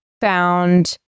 found